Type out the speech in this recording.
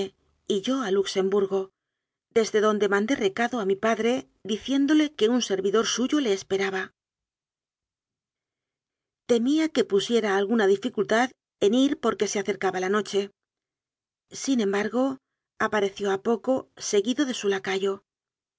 y yo ul luxemburgo desde donde mandé recado a mi pa dre dioiéndole que un servidor suyo le esperaba temía que pusiera alguna dificultad en ir porque se acercaba la noche sin embargo apareció a poco seguido de su lacayo